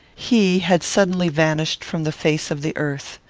he had suddenly vanished from the face of the earth.